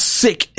sick